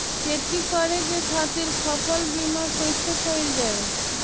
खेती करे के खातीर फसल बीमा कईसे कइल जाए?